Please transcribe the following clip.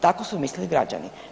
Tako su mislili građani.